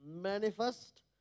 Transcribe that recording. manifest